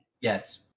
Yes